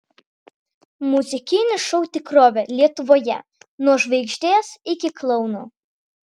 muzikinių šou tikrovė lietuvoje nuo žvaigždės iki klouno